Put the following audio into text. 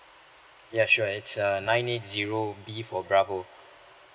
ya sure it's uh nine eight zero B for bravo